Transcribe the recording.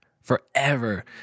forever